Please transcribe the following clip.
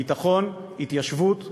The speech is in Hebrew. ביטחון, התיישבות ועלייה.